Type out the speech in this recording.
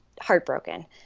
heartbroken